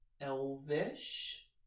elvish